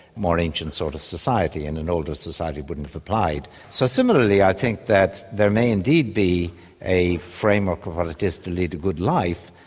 more ancient sort of society, and in an older society wouldn't have applied. so similarly i think that there may indeed be a framework of what it is to lead a good life,